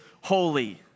holy